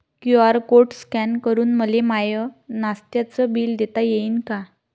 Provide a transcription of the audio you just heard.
QR code scan करून मले माय नास्त्याच बिल देता येईन का?